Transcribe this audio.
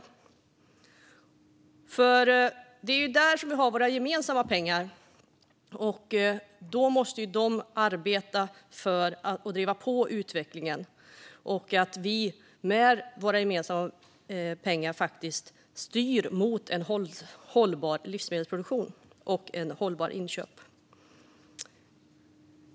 Eftersom det är där vi har våra gemensamma pengar måste man där driva på utvecklingen och styra mot en hållbar livsmedelsproduktion och hållbara inköp.